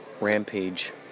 rampage